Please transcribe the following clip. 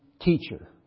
Teacher